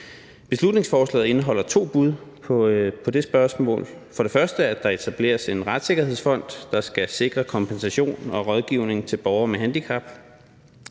Beslutningsforslaget indeholder to bud på det spørgsmål. Det er for det første, at der etableres en retssikkerhedsfond, der skal sikre kompensation og rådgivning til borgere med handicap,